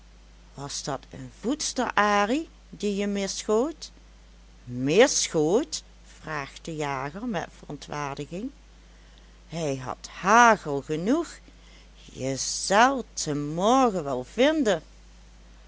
was dat een voedster arie die je misschoot misschoot vraagt de jager met verontwaardiging hij had hagel genoeg je zelt em morgen wel vinden